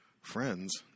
friends